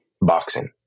boxing